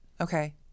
Okay